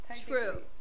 True